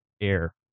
air